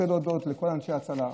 אני רוצה להודות לכל אנשי ההצלה,